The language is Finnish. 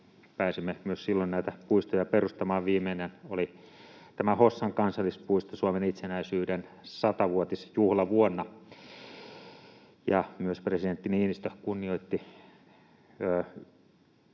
pääsimme myös silloin näitä puistoja perustamaan. Viimeinen oli tämä Hossan kansallispuisto Suomen itsenäisyyden 100-vuotisjuhlavuonna, ja myös presidentti Niinistö kunnioitti